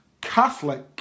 Catholic